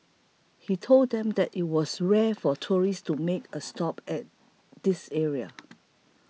he told them that it was rare for tourists to make a stop at this area